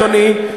אדוני,